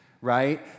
right